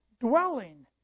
dwelling